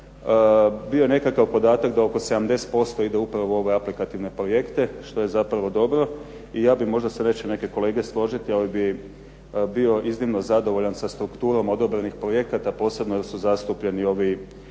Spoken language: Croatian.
Bio je nekakav podatak da upravo oko 70% ide upravo u ove aplikativne projekte što je zapravo dobro i ja bi, možda se neće neke kolege složiti ali bih bio iznimno zadovoljan sa strukturom odabranih projekata, posebno jer su zastupljeni